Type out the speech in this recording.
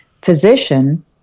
physician